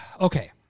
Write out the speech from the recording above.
okay